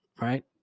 right